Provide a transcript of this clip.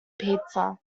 pizza